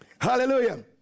hallelujah